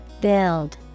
Build